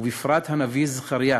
ובפרט הנביא זכריה,